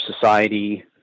society